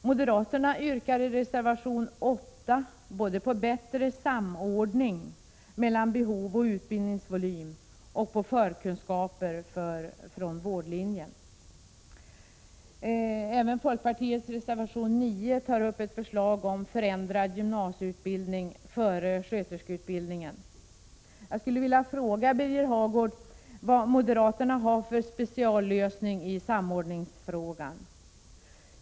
Moderaterna yrkar i reservation 8 både på bättre samordning mellan behov och utbildningsvolym och på en ökad utbildning på vårdlinjen för att ge eleverna bättre förkunskaper. Även folkpartiet tar i reservation 9 upp ett förslag om förändrad gymnasieutbildning före sköterskeutbildningen. Jag skulle vilja fråga Birger Hagård vilken speciallösning moderaterna har isamordningsfrågan.